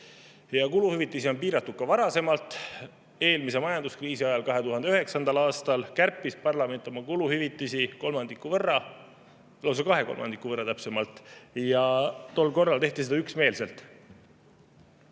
Kuluhüvitisi on piiratud ka varasemalt. Eelmise majanduskriisi ajal, 2009. aastal kärpis parlament oma kuluhüvitisi kolmandiku võrra – täpsemalt lausa kahe kolmandiku võrra – ja tol korral tehti seda üksmeelselt.